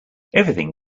everything